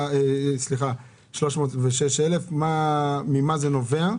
58,306. ממה זה נובע,